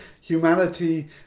humanity